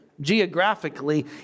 Geographically